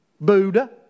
Buddha